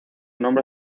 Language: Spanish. nombre